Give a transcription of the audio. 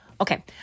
okay